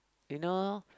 you know